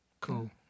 Cool